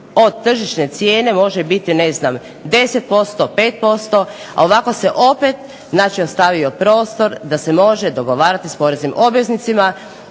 od tržišne cijene može biti ne znam 10%, 5%, a ovako se opet znači ostavio prostor da se može dogovarati s poreznim obveznicima